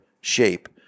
shape